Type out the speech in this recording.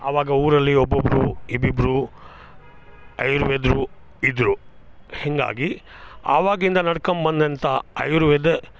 ಅವಾಗ ಊರಲ್ಲಿ ಒಬ್ಬೊಬ್ಬರು ಇಬ್ಬಿಬ್ಬರು ಆಯುರ್ವೇದ್ರು ಇದ್ದರು ಹೀಗಾಗಿ ಅವಾಗಿಂದ ನಡ್ಕೊಂಬಂದಂಥ ಆಯುರ್ವೇದ